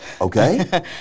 Okay